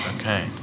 Okay